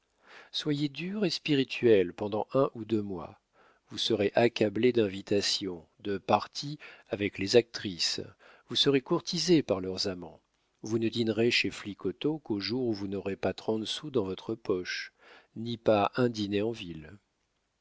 soyez dur et spirituel pendant un ou deux mois vous serez accablé d'invitations de parties avec les actrices vous serez courtisé par leurs amants vous ne dînerez chez flicoteaux qu'aux jours où vous n'aurez pas trente sous dans votre poche ni pas un dîner en ville